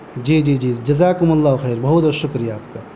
جی جی جی جزاکم اللہ خیر بہت بہت شکریہ آپ کا